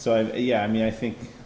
so yeah i mean i think